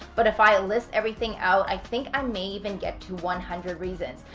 but if i list everything out, i think i may even get to one hundred reasons.